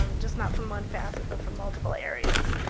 um just not from one facet but from multiple areas.